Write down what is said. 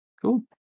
cool